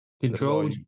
Control